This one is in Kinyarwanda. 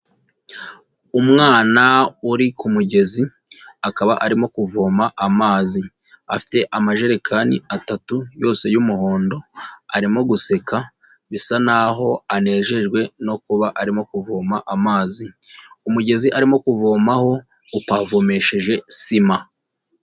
Umwana uri ku mugezi ,akaba arimo kuvoma amazi. Afite amajerekani atatu yose y'umuhondo, arimo guseka, bisa n'aho anejejwe no kuba arimo kuvoma amazi. Umugezi arimo kuvomaho ,upavomesheje sima.